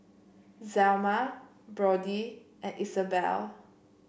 Zelma Brody and Isabel